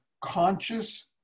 conscious